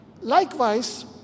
likewise